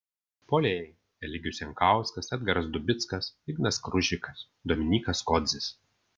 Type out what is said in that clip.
puolėjai eligijus jankauskas edgaras dubickas ignas kružikas dominykas kodzis